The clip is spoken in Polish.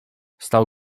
stał